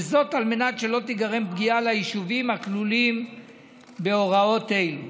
וזאת על מנת שלא תיגרם פגיעה ליישובים הכלולים בהוראות אלו.